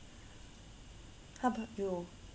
how about you